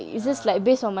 ya